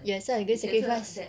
yes 这样你可以 sacrifice